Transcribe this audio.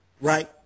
Right